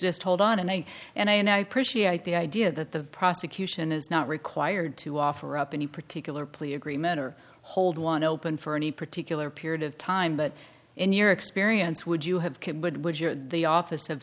just hold on and i and i and i appreciate the idea that the prosecution is not required to offer up any particular plea agreement or hold one open for any particular period of time but in your experience would you have